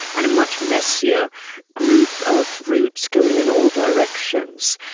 and a much messier group of routes going in all directions.